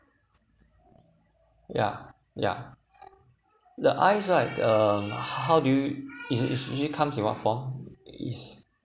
yeah yeah the ice right um how do you is is actually comes in what form is